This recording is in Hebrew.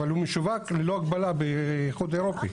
אבל הוא משווק ללא הגבלה באיחוד אירופי.